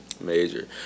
major